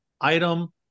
item